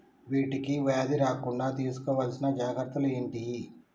వీటికి వ్యాధి రాకుండా తీసుకోవాల్సిన జాగ్రత్తలు ఏంటియి?